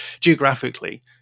geographically